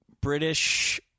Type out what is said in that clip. British